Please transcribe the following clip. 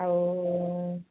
ଆଉ